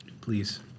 Please